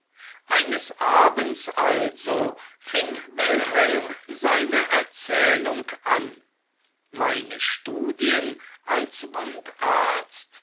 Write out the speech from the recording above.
eines abends also fing wilhelm seine erzählung an meine studien als